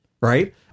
Right